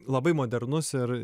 labai modernus ir